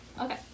Okay